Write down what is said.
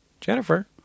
Jennifer